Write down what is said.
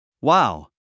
Wow